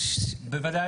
בוודאי.